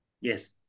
Yes